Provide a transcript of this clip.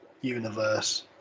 universe